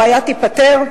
הבעיה תיפתר?